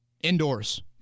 Indoors